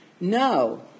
no